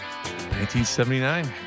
1979